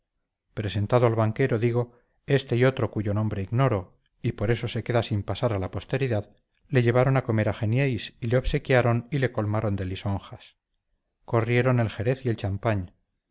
presentado al banquero digo este y otro cuyo nombre ignoro y por eso se queda sin pasar a la posteridad le llevaron a comer a genieys y le obsequiaron y le colmaron de lisonjas corrieron el jerez y el champagne